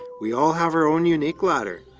we all have our own unique ladder.